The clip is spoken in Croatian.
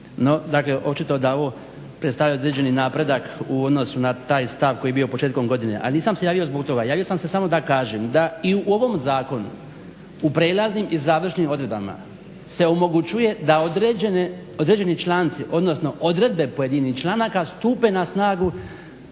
No dakle očito da ovo predstavlja određeni napredak u odnosu na taj stav koji je bio početkom godine. Ali nisam se javio zbog toga, javio sam se samo da kažem da i u ovom zakonu u prelaznim i završnim odredbama se omogućuje da određeni članci, odnosno odredbe pojedinih članaka stupe na snagu